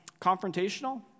confrontational